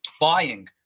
buying